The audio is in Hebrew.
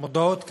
מודעות כאלה: